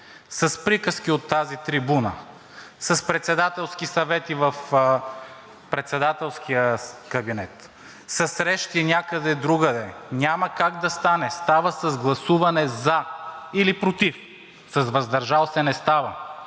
С приказки от тази трибуна, с председателски съвети в председателския кабинет, със срещи някъде другаде – няма как да стане, става с гласуване „за“ или „против“. С „въздържал се“ не става!